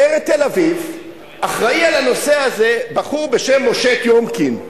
בעיר תל-אביב אחראי לנושא הזה בחור בשם משה טיומקין.